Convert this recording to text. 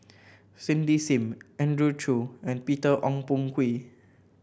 Cindy Sim Andrew Chew and Peter Ong Boon Kwee